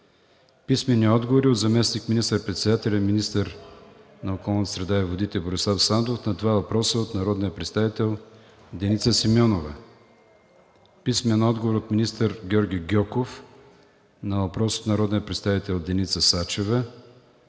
и Георги Ганев; - заместник министър-председателя и министър на околната среда и водите Борислав Сандов на два въпроса от народния представител Деница Симеонова; - министър Георги Гьоков на въпрос от народния представител Деница Сачева;